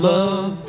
Love